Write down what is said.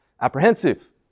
apprehensive